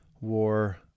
war